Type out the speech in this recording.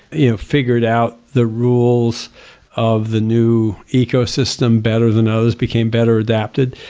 you know, figured out the rules of the new ecosystem better than others, became better adapted.